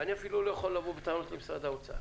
אני אפילו לא יכול לבוא בטענות למשרד האוצר.